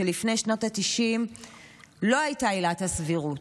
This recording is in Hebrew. לפני שנות התשעים לא הייתה עילת הסבירות,